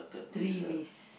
three list